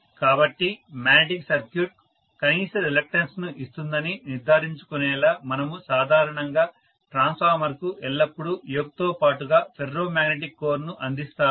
కాబట్టి magnetic circuit కనీస reluctance ను ఇస్తుందని నిర్ధారించుకోనేలా మనము సాధారణంగా ట్రాన్స్ఫార్మర్కు ఎల్లప్పుడూ యోక్ తో పాటుగా ఫెర్రో మాగ్నెటిక్ కోర్ ను అందిస్తాము